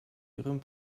ihrem